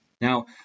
Now